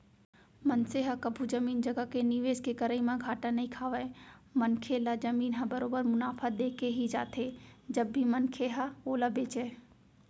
मनसे ह कभू जमीन जघा के निवेस के करई म घाटा नइ खावय मनखे ल जमीन ह बरोबर मुनाफा देके ही जाथे जब भी मनखे ह ओला बेंचय